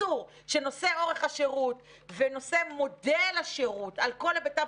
אסור שנושא אורך השירות ונושא מודל השירות על כל היבטיו